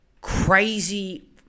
crazy